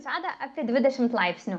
žada apie dvidešimt laipsnių